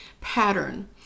pattern